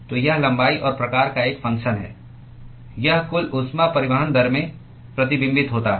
तो यह लंबाई और प्रकार का एक फंगक्शन है यह कुल ऊष्मा परिवहन दर में प्रतिबिंबित होता है